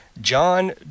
John